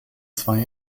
zwei